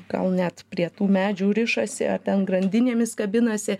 gal net prie tų medžių rišasi ar ten grandinėmis kabinasi